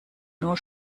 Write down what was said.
nur